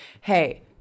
hey